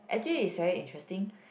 actually is very interesting